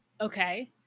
Okay